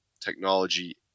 technology